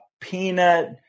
peanut